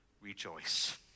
rejoice